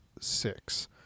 six